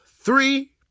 three